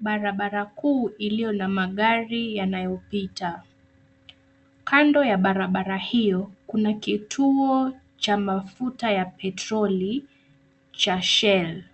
Barabara kuu iliyo na magari yanayopita. Kando ya barabara hio kuna kituo cha mafuta ya petroli cha Shell ,